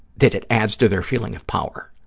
that it adds to their feeling of power